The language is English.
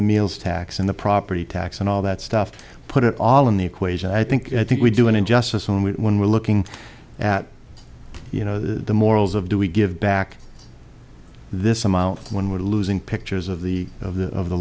the meals tax and the property tax and all that stuff to put it all in the equation i think i think we do an injustice only when we're looking at you know the morals of do we give back this amount when we're losing pictures of the of the of the